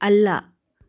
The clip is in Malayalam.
അല്ല